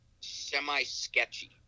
semi-sketchy